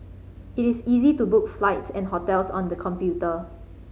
it is easy to book flights and hotels on the computer